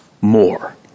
more